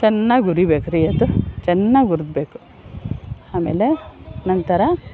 ಚೆನ್ನಾಗಿ ಹುರಿಬೇಕು ರೀ ಅದು ಚೆನ್ನಾಗಿ ಹುರಿಬೇಕು ಆಮೇಲೆ ನಂತರ